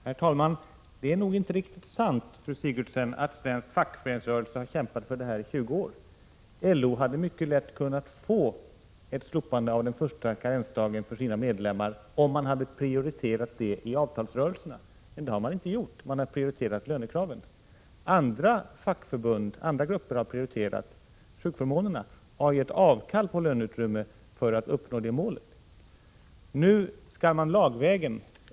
Herr talman! Det är nog inte riktigt sant, fru Sigurdsen, att svensk fackföreningsrörelse har kämpat för detta i 20 år. LO hade mycket lätt kunnat få ett slopande av den första karensdagen för sina medlemmar om man prioriterat detta i avtalsrörelserna. Det har man inte gjort, utan man har prioriterat lönekraven. Andra grupper har prioriterat sjukförmånerna och gett avkall på löneutrymmet för att uppnå det målet.